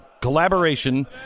collaboration